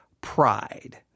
pride